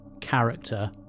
character